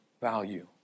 value